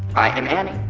i am ani,